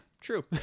true